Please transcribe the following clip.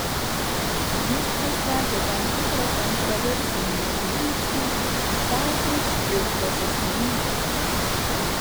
jis pristatė tam tikrą kontraversinį žvilgsnį į kazio škirpos asmenybę